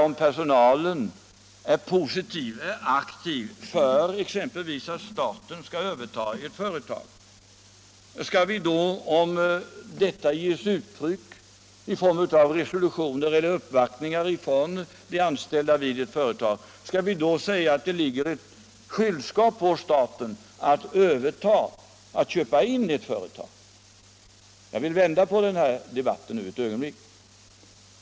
Om personalen är positiv till och arbetat för att staten skall överta deras företag och detta kommer till uttryck i resolutioner och uppvaktningar från de anställda, bör det då så att säga åvila staten att överta företagen?